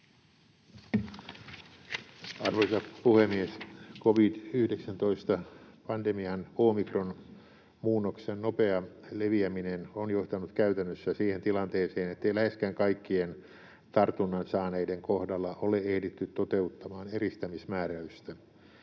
Arvoisa puhemies! Covid-19-pandemiassa omikronmuunnoksen nopea leviäminen on johtanut käytännössä siihen tilanteeseen, ettei läheskään kaikkien tartunnan saaneiden kohdalla ole ehditty toteuttamaan eristämismääräystä.